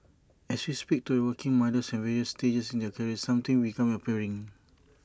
as we speak to working mothers at various stages in their careers some things become apparent